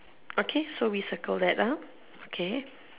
okay so we circle that ah okay